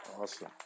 Awesome